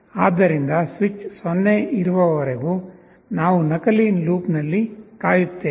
ಆದ್ದರಿಂದ ಸ್ವಿಚ್ 0 ಇರುವವರೆಗೂ ನಾವು ನಕಲಿ ಲೂಪ್ನಲ್ಲಿ ಕಾಯುತ್ತೇವೆ